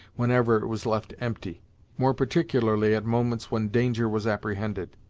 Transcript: whenever it was left empty more particularly at moments when danger was apprehended.